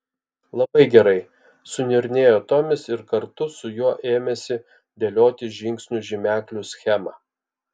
labai gerai suniurnėjo tomis ir kartu su juo ėmėsi dėlioti žingsnių žymeklių schemą